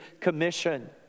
commission